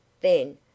Then